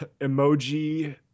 Emoji